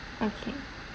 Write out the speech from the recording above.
okay